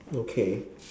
okay